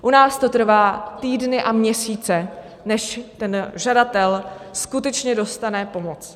U nás to trvá týdny a měsíce, než ten žadatel skutečně dostane pomoc.